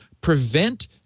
prevent